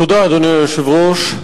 אדוני היושב-ראש,